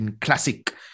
classic